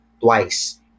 twice